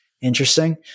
interesting